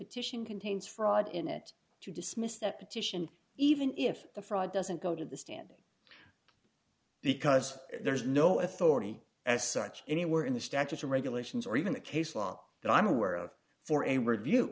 petition contains fraud in it to dismiss that petition even if the fraud doesn't go to the standing because there is no authority as such anywhere in the statutes regulations or even the case law that i'm aware of for a review